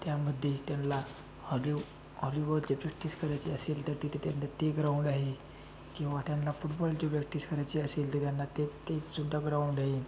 त्यामध्ये त्यांना हॉलि हॉलिबॉलची प्रॅक्टिस करायची असेल तर तिथे त्यांना ते ग्राऊंड आहे किंवा त्यांना फुटबॉलची प्रॅक्टिस करायची असेल तर त्यांना ते ते सुद्धा ग्राऊंड आहे